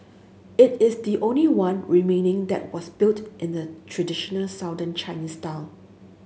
it is the only one remaining that was built in the traditional Southern Chinese style